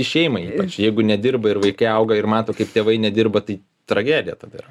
šeimai ypač jeigu nedirba ir vaikai auga ir mato kaip tėvai nedirba tai tragedija tada yra